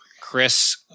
Chris